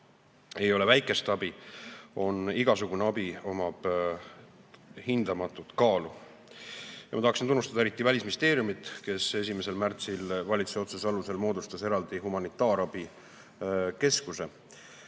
Ei ole väikest abi. Igasugune abi on hindamatu kaaluga. Ma tahan tunnustada eriti Välisministeeriumi, kes 1. märtsil valitsuse otsuse alusel moodustas eraldi humanitaarabikeskuse.